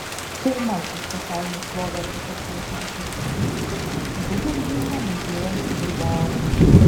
pirmasis pasaulinę šlovę architektui atnešęs statinys guggenheimo muziejus bilbao